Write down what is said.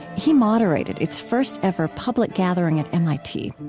he moderated its first-ever public gathering at mit.